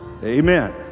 Amen